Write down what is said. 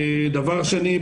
דבר שני,